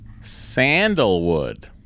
Sandalwood